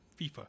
FIFA